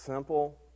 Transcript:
Simple